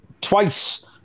twice